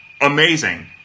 amazing